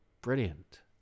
brilliant